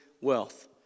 wealth